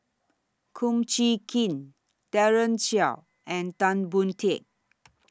Kum Chee Kin Daren Shiau and Tan Boon Teik